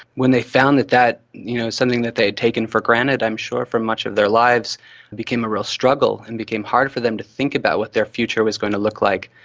when they found that, you know, something that they had taken for granted i'm sure for much of their lives became a real struggle and became hard for them to think about what their future was going to look like,